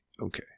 Okay